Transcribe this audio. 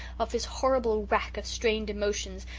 of this horrible rack of strained emotions,